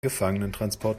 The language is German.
gefangenentransport